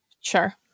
sure